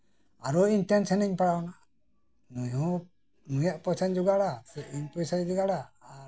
ᱟᱨᱚ ᱤᱧ ᱴᱮᱱᱥᱮᱱ ᱨᱤᱧ ᱯᱟᱲᱟᱣᱱᱟ ᱱᱩᱭᱟᱜ ᱯᱚᱭᱥᱟᱧ ᱡᱚᱜᱟᱲᱟ ᱥᱮ ᱤᱧᱟᱹᱜ ᱯᱚᱭᱥᱟᱧ ᱡᱚᱜᱟᱲᱟ ᱤᱧᱟᱹᱜ